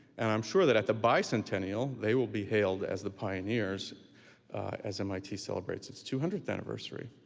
and i'm sure that at the bicentennial they will be hailed as the pioneers as mit celebrates its two hundredth anniversary.